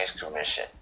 commission